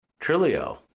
Trilio